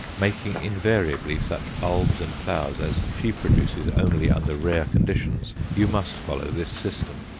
making invariably such bulbs and flowers as she produces only under rare conditions, you must follow this system.